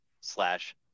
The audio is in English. slash